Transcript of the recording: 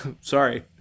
Sorry